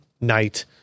night